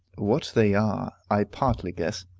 what they are, i partly guess,